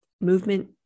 Movement